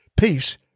Peace